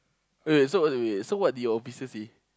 wait so what wait wait so what did your officer say